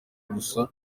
gusa